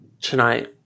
tonight